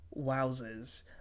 Wowzers